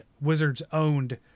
wizards-owned